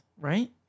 Right